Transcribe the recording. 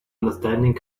understanding